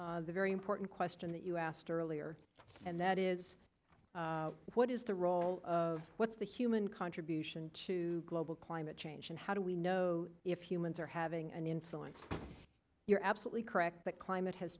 addresses the very important question that you asked earlier and that is what is the role of what's the human contribution to global climate change and how do we know if humans are having an insulin you're absolutely correct but climate has